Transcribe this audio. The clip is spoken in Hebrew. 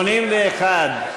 81: